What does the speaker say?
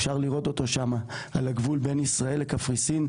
אפשר לראות אותו שם על הגבול בין ישראל לקפריסין,